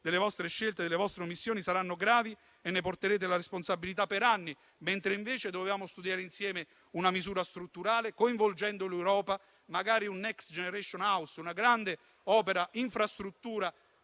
delle vostre scelte, delle vostre omissioni, saranno gravi e ne porterete la responsabilità per anni, mentre invece dovevamo studiare insieme una misura strutturale, coinvolgendo l'Europa, magari un *next generation house*, una grande opera di infrastruttura